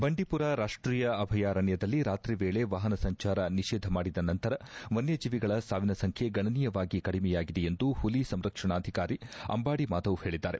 ಬಂಡಿಪುರ ರಾಷ್ಟೀಯ ಅಭಯಾರಣ್ಣದಲ್ಲಿ ರಾತ್ರಿವೇಳೆ ವಾಹನ ಸಂಚಾರ ನಿಷೇಧ ಮಾಡಿದ ನಂತರ ವನ್ನಜೀವಿಗಳ ಸಾವಿನ ಸಂಖ್ಯೆ ಗಣನೀಯವಾಗಿ ಕಡಿಮೆಯಾಗಿದೆ ಎಂದು ಹುಲಿ ಸಂರಕ್ಷಾರಣಾಧಿಕಾರಿ ಅಂಬಾಡಿ ಮಾದವ್ ಹೇಳಿದ್ದಾರೆ